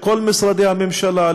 של כל משרדי הממשלה,